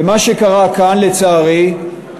ומה שקרה כאן, לצערי,